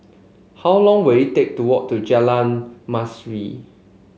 how long will it take to walk to Jalan Manis